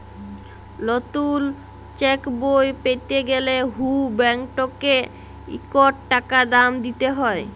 লতুল চ্যাকবই প্যাতে গ্যালে হুঁ ব্যাংকটতে ইকট টাকা দাম দিতে হ্যয়